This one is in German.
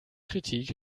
kritik